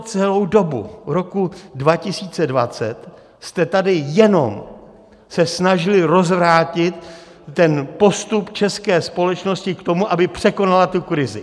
Celou dobu roku 2020 jste tady jenom se snažili rozvrátit ten postup české společnosti k tomu, aby překonala tu krizi.